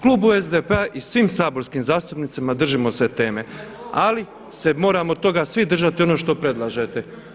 Klubu SDP-a i svim saborskim zastupnicima držimo se teme, ali se moramo toga svi držati ono što predlažete.